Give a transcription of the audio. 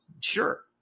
sure